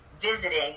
visiting